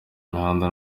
imihanda